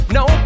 no